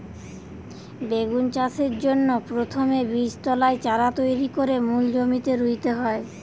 বেগুন চাষের জন্যে প্রথমে বীজতলায় চারা তৈরি কোরে মূল জমিতে রুইতে হয়